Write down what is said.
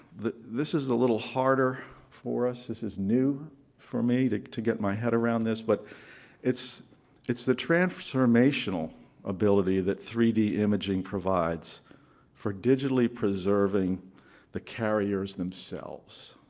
the this is a little harder for us, this is new for me to to get my head around this, but it's it's the transformational ability that three d imaging provides for digitally preserving the carriers themselves,